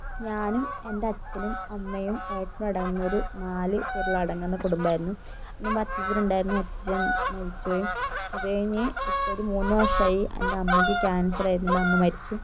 ഞാനും എന്റെ അച്ഛനും അമ്മയും ഏട്ടനും അടങ്ങുന്നൊരു നാല് പേരുകളടങ്ങുന്ന കുടുംബം ആയിരുന്നു അതിനുമുൻപ് അച്ഛച്ചൻ ഉണ്ടായിരുന്നു അച്ഛച്ചൻ മരിച്ചുപോയി അതു കഴിഞ്ഞ് ഇപ്പോഴൊരു മൂന്ന് വർഷമായി എന്റെ അമ്മയ്ക്ക് ക്യാൻസർ ആയിരുന്നു എന്റെ അമ്മ മരിച്ചു